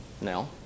Now